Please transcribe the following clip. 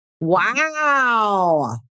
Wow